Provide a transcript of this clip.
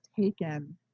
taken